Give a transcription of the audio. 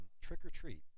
trick-or-treat